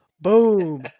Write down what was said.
boom